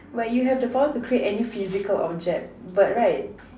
but you have the power to create any physical object but right